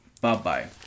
bye-bye